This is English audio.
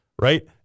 right